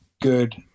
good